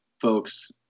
folks